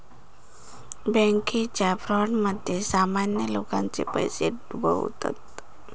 बॅन्केच्या फ्रॉडमध्ये सामान्य लोकांचे पैशे डुबतत